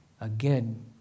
Again